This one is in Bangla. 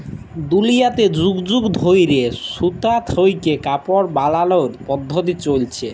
দুলিয়াতে যুগ যুগ ধইরে সুতা থ্যাইকে কাপড় বালালর পদ্ধতি চইলছে